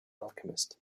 alchemist